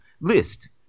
list